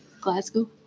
Glasgow